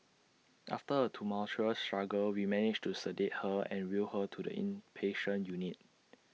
after A tumultuous struggle we managed to sedate her and wheel her to the inpatient unit